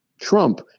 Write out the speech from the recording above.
Trump